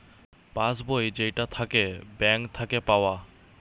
pass বই যেইটা থাকে ব্যাঙ্ক থাকে পাওয়া